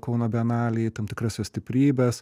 kauno bienalei tam tikras jos stiprybes